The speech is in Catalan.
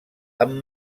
amb